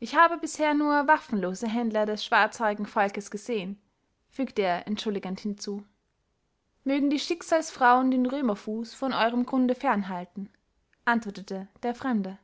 ich habe bisher nur waffenlose händler des schwarzhaarigen volkes gesehen fügte er entschuldigend hinzu mögen die schicksalsfrauen den römerfuß von eurem grunde fernhalten antwortete der fremde